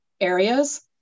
areas